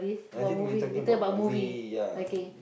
I think we talking about movie ya